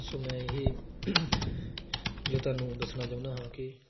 ਸੋ ਮੈਂ ਇਹ ਜੋ ਤੁਹਾਨੂੰ ਦੱਸਣਾ ਚਾਹੁੰਦਾ ਹਾਂ ਕਿ